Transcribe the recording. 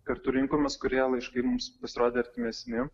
kartu rinkomės kurie laiškai mums pasirodė artimesni